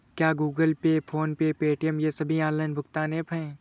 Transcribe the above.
क्या Google Pay PhonePe Paytm ये सभी ऑनलाइन भुगतान ऐप हैं?